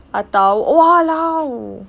atau !walao!